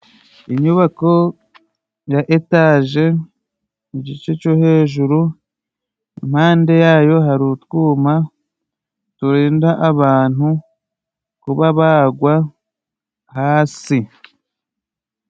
Inyubako ya etaje, mu gice cyo hejuru impande yayo, hari utwuma turinda abantu kuba bagwa hasi.